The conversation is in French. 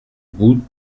bout